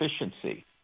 efficiency